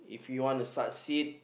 if you want to succeeded